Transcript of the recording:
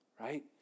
right